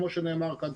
כמו שנאמר כאן,